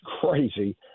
crazy